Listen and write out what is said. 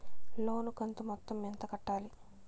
లోను కంతు మొత్తం ఎంత కట్టాలి?